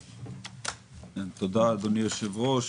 תודה, אדוני היושב-ראש.